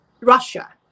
Russia